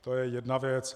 To je jedna věc.